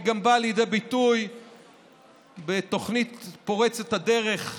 היא גם באה לידי ביטוח בתוכנית פורצת הדרך,